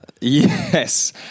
yes